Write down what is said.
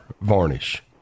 varnish